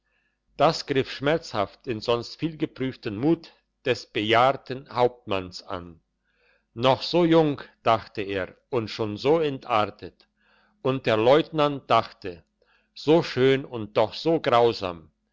das griff schmerzhaft den sonst vielgeprüften mut des bejahrten hauptmanns an noch so jung dachte er und schon so entartet und der leutnant dachte so schön und doch so grausam